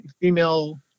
female